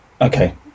Okay